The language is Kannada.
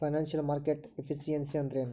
ಫೈನಾನ್ಸಿಯಲ್ ಮಾರ್ಕೆಟ್ ಎಫಿಸಿಯನ್ಸಿ ಅಂದ್ರೇನು?